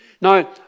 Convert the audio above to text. Now